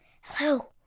hello